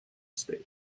state